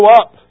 up